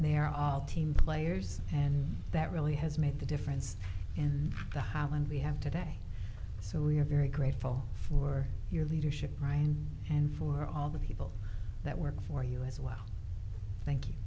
they're all team players and that really has made the difference in the highland we have today so we're very grateful for your leadership right now and for all the people that work for you as well thank